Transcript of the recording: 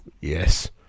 Yes